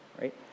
right